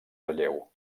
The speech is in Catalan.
relleu